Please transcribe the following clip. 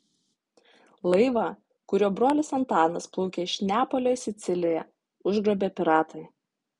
laivą kuriuo brolis antanas plaukė iš neapolio į siciliją užgrobė piratai